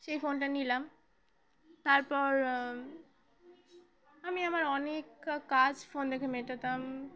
সেই ফোনটা নিলাম তারপর আমি আমার অনেক কাজ ফোন দেখে মেটাতাম